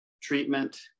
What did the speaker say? treatment